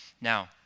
Now